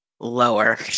Lower